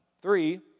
Three